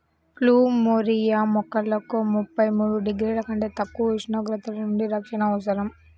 plumeria మొక్కలకు ముప్పై మూడు డిగ్రీల కంటే తక్కువ ఉష్ణోగ్రతల నుండి రక్షణ అవసరం